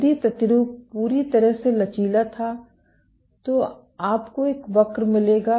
यदि प्रतिरूप पूरी तरह से लचीला था तो आपको एक वक्र मिलेगा